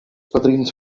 padrins